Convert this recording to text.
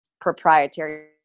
proprietary